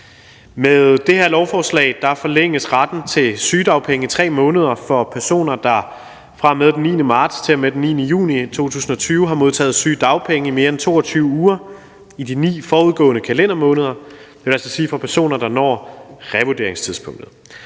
Med det her lovforslag forlænges retten til sygedagpenge i 3 måneder for personer, der fra og med den 9. marts og til og med den 9. juni 2020 har modtaget sygedagpenge i mere end 22 uger i de 9 forudgående kalendermåneder, dvs. personer, der når revurderingstidspunktet.